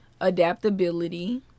Adaptability